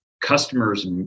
customers